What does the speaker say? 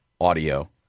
audio